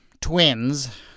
twins